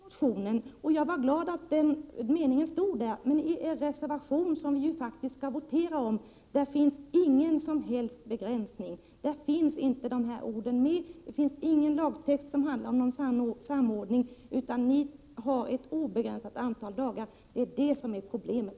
Herr talman! Jag har läst motionen, och jag var glad att den upplästa meningen stod där, men i er reservation, som vi faktiskt skall votera om, finns ingen som helst begränsning. Där finns alltså inte de ifrågavarande orden med. Det finns ingen lagtext som handlar om samordning, utan ni räknar med ett obegränsat antal dagar. Och det är det som är problemet.